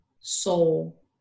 soul